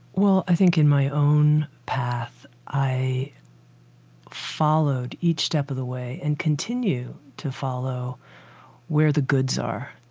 well, i think in my own path, i followed each step of the way and continue to follow where the goods are,